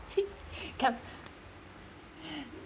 come